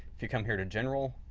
if you come here to general,